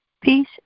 Peace